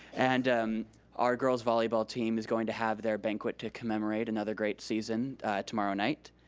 and our girls volleyball team is going to have their banquet to commemorate another great season tomorrow night.